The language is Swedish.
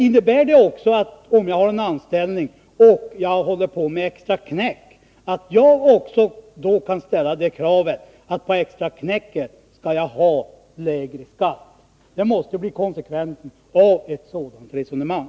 Innebär det, om jag har en anställning och dessutom håller på med ett extraknäck, att jag kan ställa kravet att jag skall ha lägre skatt på extraknäcket? Det måste bli konsekvensen av ett sådant resonemang.